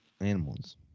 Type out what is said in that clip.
Animals